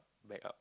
back up